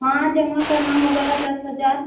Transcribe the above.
हाँ जमा करना होगा दस हज़ार